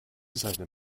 seinem